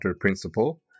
Principle